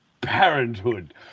parenthood